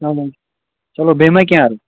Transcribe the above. چلو چلو بیٚیہِ ما کیٚنٛہہ عرض